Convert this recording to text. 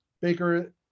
Baker